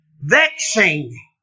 vexing